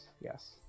yes